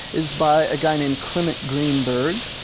is by a guy named clement greenberg.